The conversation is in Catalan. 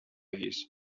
guix